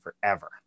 forever